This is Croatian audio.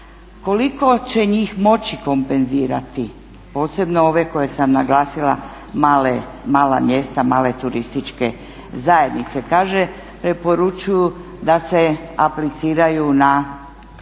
Koliko će njih moći kompenzirati, posebno ove koje sam naglasila mala mjesta, male turističke zajednice. Kaže, preporučuju da se apliciraju na